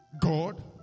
God